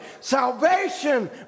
Salvation